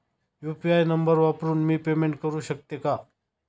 UPI number वापरून मी payment करू शकते का?